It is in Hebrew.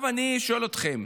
אני שואל אתכם: